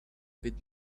bit